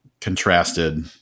contrasted